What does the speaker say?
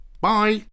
bye